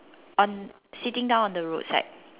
on sitting down on the roadside